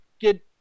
get